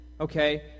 Okay